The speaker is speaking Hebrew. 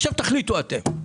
עכשיו תחליטו אתם.